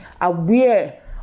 aware